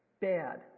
Bad